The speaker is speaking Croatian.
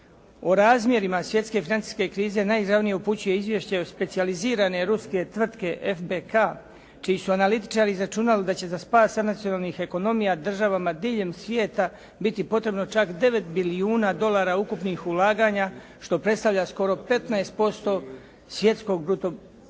U razmjerima svjetske financijske krize najizravnije upućuje izvješće specijalizirane ruske tvrtke FBK čiji su analitičari izračunali da će za spas … /Govornik se ne razumije./ … ekonomija državama diljem svijeta biti potrebno čak 9 bilijuna dolara ukupnih ulaganja što predstavlja skoro 15% svjetskog bruto